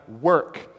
work